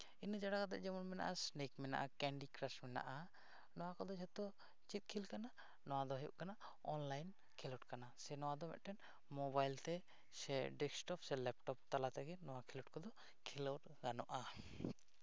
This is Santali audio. ᱤᱱᱟᱹ ᱪᱷᱟᱲᱟ ᱠᱟᱛᱮ ᱡᱮᱢᱚᱱ ᱢᱮᱱᱟᱜᱼᱟ ᱥᱱᱮᱠ ᱢᱮᱱᱟᱼᱟ ᱠᱮᱱᱰᱤ ᱠᱨᱟᱥ ᱢᱮᱱᱟᱜᱼᱟ ᱱᱚᱣᱟ ᱠᱚᱫᱚ ᱡᱷᱚᱛᱚ ᱪᱮᱫ ᱠᱷᱮᱞ ᱠᱟᱱᱟ ᱱᱚᱣᱟ ᱫᱚ ᱦᱩᱭᱩᱜ ᱠᱟᱱᱟ ᱚᱱᱞᱟᱭᱤᱱ ᱠᱷᱮᱞᱳᱰ ᱠᱟᱱᱟ ᱥᱮ ᱱᱚᱣᱟ ᱫᱚ ᱢᱤᱫᱴᱮᱱ ᱢᱳᱵᱟᱭᱤᱞ ᱛᱮ ᱥᱮ ᱰᱮᱥᱠᱴᱚᱯ ᱥᱮ ᱞᱮᱯᱴᱚᱯ ᱛᱟᱞᱟ ᱛᱮᱜᱮ ᱱᱚᱣᱟ ᱠᱷᱮᱞᱳᱰ ᱫᱚ ᱠᱷᱮᱞᱳᱜ ᱜᱟᱱᱚᱜᱼᱟ